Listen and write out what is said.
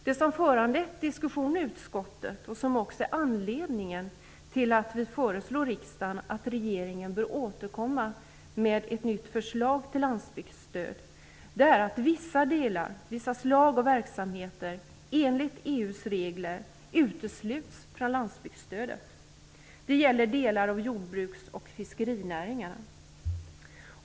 Det som föranlett diskussion i utskottet, och som också är anledningen till att vi föreslår riksdagen att regeringen bör återkomma med ett nytt förslag till landsbygdsstöd, är att vissa slag av verksamheter enligt EU:s regler utesluts från landsbygdsstödet. Det gäller delar av jordbruks och fiskerinäringarna.